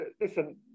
listen